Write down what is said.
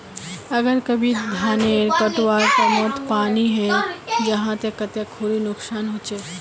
अगर कभी धानेर कटवार टैमोत पानी है जहा ते कते खुरी नुकसान होचए?